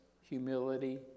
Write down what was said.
humility